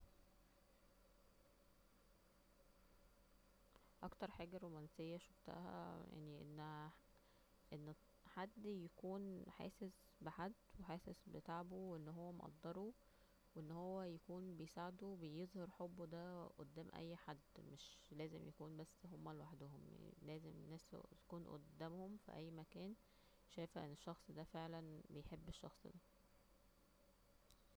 اكتر حاجة رومانسية شوفتها أن حد يكون حاسس بحد وحاسس بتعبه وان هو مقدره وان هو يكون بيساعده وبيظهر حبه دا قدام اي حد مش لازم يكونو بس هما لوحدهم لازم الناس يكون قدامهم في اي مكان شايفة أن الشخص دا فعلا بيحب الشخص دا